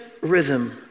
rhythm